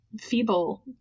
feeble